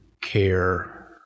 care